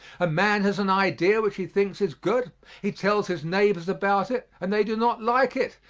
a man has an idea which he thinks is good he tells his neighbors about it and they do not like it.